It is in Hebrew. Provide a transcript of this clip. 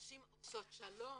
נשים עושות שלום,